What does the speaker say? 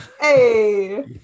Hey